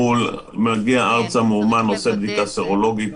מחו"ל הוא מגיע ארצה ועושה בדיקה סרולוגית.